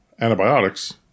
antibiotics